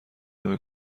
نمی